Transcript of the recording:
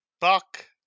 Buck